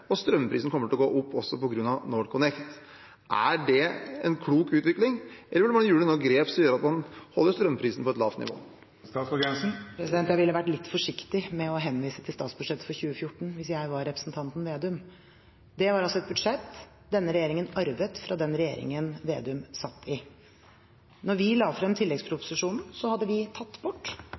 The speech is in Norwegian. og strømprisen kommer også til å gå opp på grunn av NorthConnect. Er det en klok utvikling, eller burde man gjøre noen grep som gjør at man holder strømprisen på et lavt nivå? Jeg ville vært litt forsiktig med å henvise til statsbudsjettet for 2014 hvis jeg var representanten Slagsvold Vedum. Det var altså et budsjett denne regjeringen arvet fra den regjeringen Slagsvold Vedum satt i. Da vi la fram tilleggsproposisjonen, hadde vi tatt bort